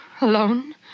Alone